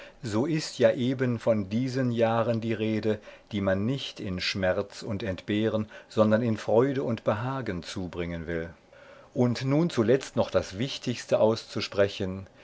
so ist ja eben von diesen jahren die rede die man nicht in schmerz und entbehren sondern in freude und behagen zubringen will und nun zuletzt noch das wichtigste auszusprechen